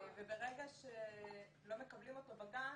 וברגע שלא מקבלים אותו בגן,